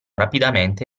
rapidamente